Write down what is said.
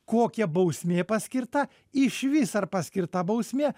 kokia bausmė paskirta išvis ar paskirta bausmė